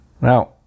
Now